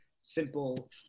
simple